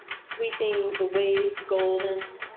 sweeping the waves golden.